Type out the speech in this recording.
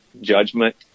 judgment